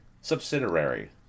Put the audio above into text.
subsidiary